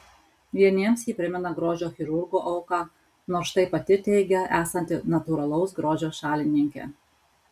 vieniems ji primena grožio chirurgų auką nors štai pati teigia esanti natūralaus grožio šalininkė